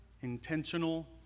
intentional